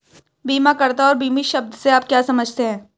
बीमाकर्ता और बीमित शब्द से आप क्या समझते हैं?